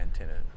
antenna